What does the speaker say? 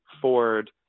Ford